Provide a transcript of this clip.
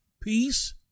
peace